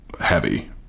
heavy